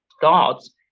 thoughts